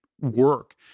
work